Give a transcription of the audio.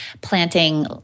planting